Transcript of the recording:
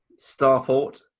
Starport